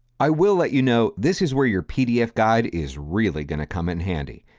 i will let you know this is where your pdf guide is really going to come in handy.